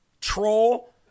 troll